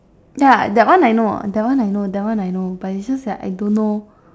ya that one I know that one I know that one I know but is just that I don't know